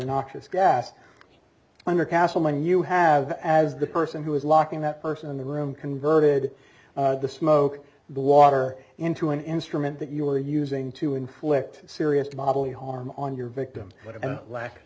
noxious gas under castleman you have as the person who is locking that person in the room converted the smoke the water into an instrument that you were using to inflict serious bodily harm on your victim la